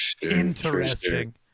interesting